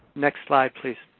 next slide, please.